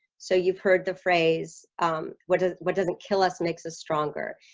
so you've heard the phrase what does what doesn't kill us makes us stronger.